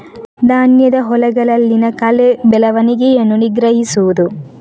ಧಾನ್ಯದ ಹೊಲಗಳಲ್ಲಿನ ಕಳೆ ಬೆಳವಣಿಗೆಯನ್ನು ನಿಗ್ರಹಿಸುವುದು